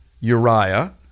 Uriah